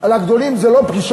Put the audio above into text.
על הגדולים זה לא פגישות,